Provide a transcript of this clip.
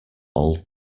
old